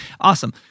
awesome